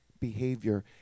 behavior